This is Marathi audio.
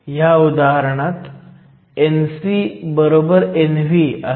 ह्या उदाहरणात Nc Nv